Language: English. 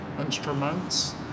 instruments